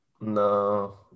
No